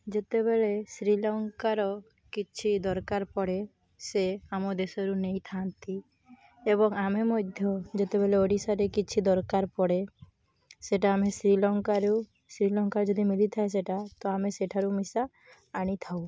ଯେତେବେଳେ ଶ୍ରୀଲଙ୍କାର କିଛି ଦରକାର ପଡ଼େ ସେ ଆମ ଦେଶରୁ ନେଇଥାନ୍ତି ଏବଂ ଆମେ ମଧ୍ୟ ଯେତେବେଳେ ଓଡ଼ିଶାରେ କିଛି ଦରକାର ପଡ଼େ ସେଇଟା ଆମେ ଶ୍ରୀଲଙ୍କାରୁ ଶ୍ରୀଲଙ୍କାର ଯଦି ମିଲିଥାଏ ସେଇଟା ତ ଆମେ ସେଇଠାରୁ ମିଶା ଆଣି ଥାଉ